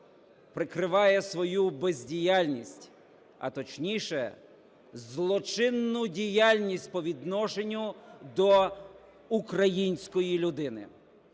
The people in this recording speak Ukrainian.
прикриває свою бездіяльність, а точніше – злочинну діяльність по відношенню до української людини.